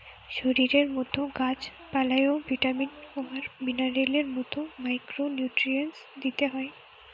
শরীরের মতো গাছ পালায় ও ভিটামিন আর মিনারেলস এর মতো মাইক্রো নিউট্রিয়েন্টস দিতে হয়